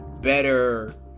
better